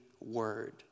word